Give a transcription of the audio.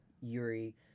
Yuri